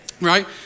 right